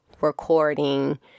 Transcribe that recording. recording